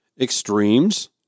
extremes